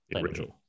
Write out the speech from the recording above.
Original